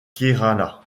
kerala